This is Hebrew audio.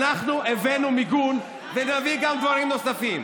אנחנו הבאנו מיגון ונביא גם דברים נוספים.